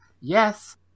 yes